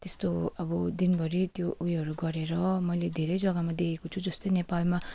त्यस्तो अब दिनभरि त्यो उयोहरू गरेर मैले धेरै जग्गामा देखेको छु जस्तै नेपालमा